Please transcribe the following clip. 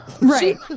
Right